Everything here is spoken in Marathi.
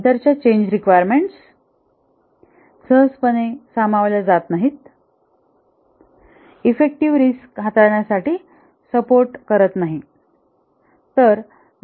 नंतरच्या चेंज रिक्वायरमेंट्स सहजपणे सामावले जात नाही इफ्फेक्टिव्ह रिस्क हाताळण्यासाठी सपोर्ट करत नाही